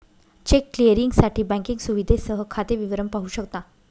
check क्लिअरिंगसाठी banking सुविधेसह खाते विवरण पाहू शकता